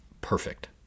perfect